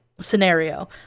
scenario